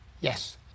Yes